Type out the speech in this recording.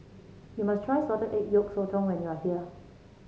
you must try Salted Egg Yolk Sotong when you are here